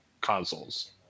consoles